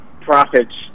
profits